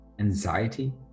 anxiety